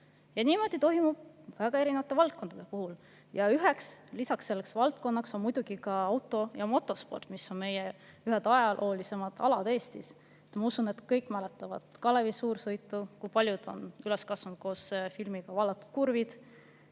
Niimoodi toimub väga erinevate valdkondade puhul. Üheks selliseks valdkonnaks on muidugi ka auto- ja motosport, mis on meie ühed ajaloolisemad [spordi]alad Eestis. Ma usun, et kõik mäletavad Kalevi suursõitu, paljud [inimesed] on üles kasvanud koos filmiga "Vallatud kurvid".